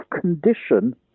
condition